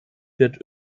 wird